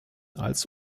als